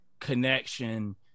connection